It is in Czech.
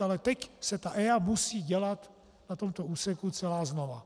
Ale teď se EIA musí dělat na tomto úseku celá znova.